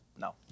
No